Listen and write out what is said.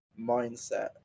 mindset